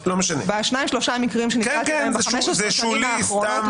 בשניים-שלושה מקרים שנחשפתי אליכם ב-15 השנים האחרונות,